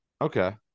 Okay